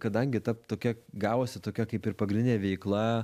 kadangi tapt tokia gavosi tokia kaip ir pagrindinė veikla